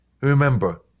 Remember